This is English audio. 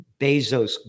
Bezos